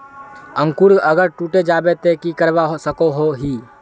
अंकूर अगर टूटे जाबे ते की करवा सकोहो ही?